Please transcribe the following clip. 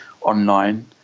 online